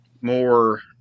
more